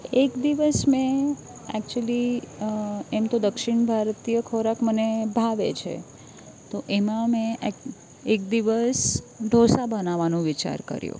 એક દિવસ મેં એક્ચુલી એમ તો દક્ષિણ ભારતીય ખોરાક મને ભાવે છે તો એમાં મેં એક દિવસ ઢોંસા બનાવાનો વિચાર કર્યો